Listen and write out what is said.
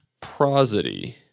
prosody